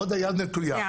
עוד היד נטויה.